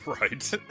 Right